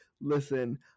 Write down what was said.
listen